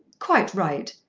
quite right.